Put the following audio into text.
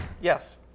Yes